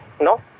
No